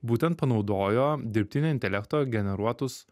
būtent panaudojo dirbtinio intelekto generuotus